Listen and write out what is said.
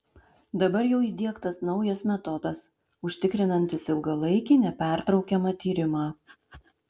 dabar jau įdiegtas naujas metodas užtikrinantis ilgalaikį nepertraukiamą tyrimą